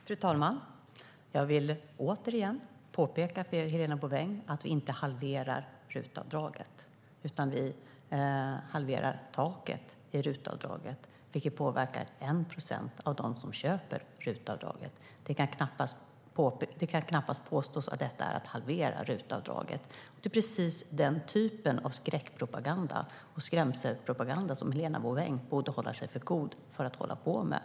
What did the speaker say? Fru talman! Jag vill återigen påpeka för Helena Bouveng att vi inte halverar RUT-avdraget. Vi halverar taket för RUT-avdraget, vilket påverkar 1 procent av dem som köper RUT-tjänster. Det kan knappast påstås att detta är att halvera RUT-avdraget. Det här är precis den typen av skräckpropaganda och skrämselpropaganda som Helena Bouveng borde hålla sig för god för att hålla på med.